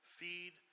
Feed